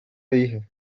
dije